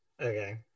Okay